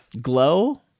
glow